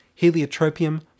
Heliotropium